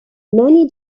many